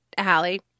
Hallie